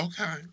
Okay